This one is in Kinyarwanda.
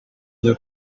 njya